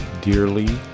dearly